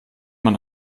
man